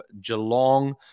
Geelong